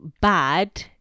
bad